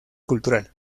cultural